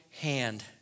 hand